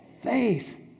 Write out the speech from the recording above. Faith